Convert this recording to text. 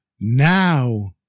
Now